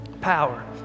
power